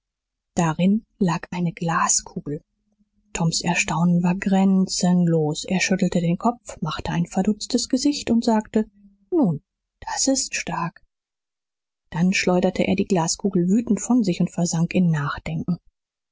darin lag eine glaskugel toms erstaunen war grenzenlos er schüttelte den kopf machte ein verdutztes gesicht und sagte nun das ist stark dann schleuderte er die glaskugel wütend von sich und versank in nachdenken